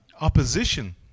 opposition